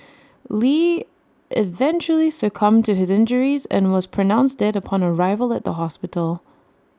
lee eventually succumbed to his injuries and was pronounced dead upon arrival at the hospital